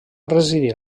residir